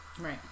Right